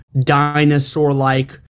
dinosaur-like